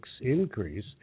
increase